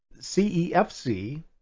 CEFC